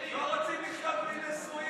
לא רוצים לחיות בלי נישואים.